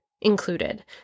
included